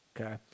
okay